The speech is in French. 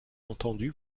entendu